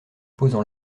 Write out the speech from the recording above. posant